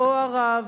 או הרב.